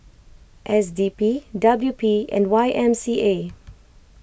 S D P W P and Y M C A